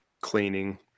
cleaning